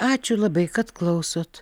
ačiū labai kad klausot